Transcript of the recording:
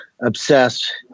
obsessed